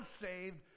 saved